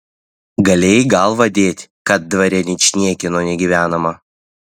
galėjai galvą dėti kad dvare ničniekieno negyvenama